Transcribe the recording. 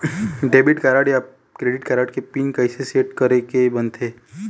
Debit card या credit card के PIN कइसे सेट करे के बनते?